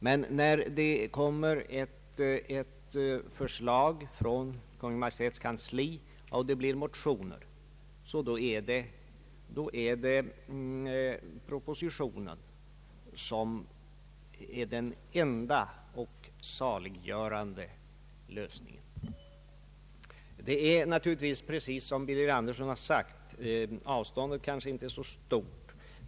Men när det kommer eit förslag från Kungl. Maj:ts kansli, och motioner väckes, är propositionen tydligen den enda och saliggörande lösningen. Det är naturligtvis riktigt som herr Birger Andersson säger, att avståndet mellan våra ståndpunkter inte är så stort.